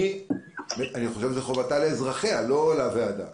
אני חושב שזו חובתה לאזרחיה, לא לוועדה.